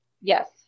yes